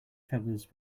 feathers